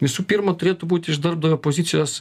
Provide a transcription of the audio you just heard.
visų pirma turėtų būt iš darbdavio pozicijos